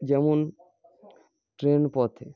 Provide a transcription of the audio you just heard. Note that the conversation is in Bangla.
যেমন ট্রেনপথে